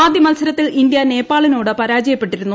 ആദ്യ മത്സരത്തിൽ ഇന്ത്യ നേപ്പാളിനോട് പരാജയപ്പെട്ടിരുന്നു